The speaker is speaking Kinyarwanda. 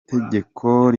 tegeko